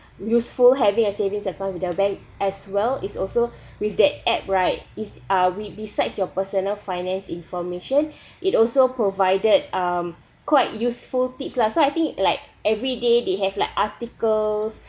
useful having a savings account with their bank as well is also with that app right is uh we besides your personal finance information it also provided um quite useful tips lah so I think like every day they have like articles